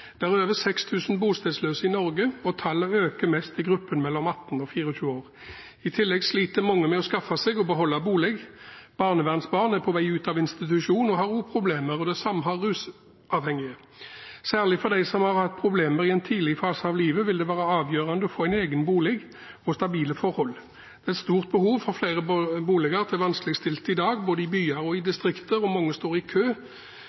Det er over 6 000 bostedsløse i Norge, og tallet øker mest i gruppen mellom 18 og 24 år. I tillegg sliter mange med å skaffe seg og beholde bolig. Barnevernsbarn er på vei ut av institusjon og har også problemer. Det samme har rusavhengige. Særlig for dem som har hatt problemer i en tidligere fase av livet, vil det være avgjørende å få en egen bolig og stabile forhold. Det er et stort behov for flere boliger til vanskeligstilte i dag – både i byer og i distrikter – og mange står i kø.